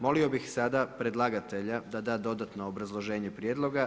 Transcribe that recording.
Molio bih sada predlagatelja da da dodatno obrazloženje prijedloga.